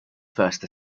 first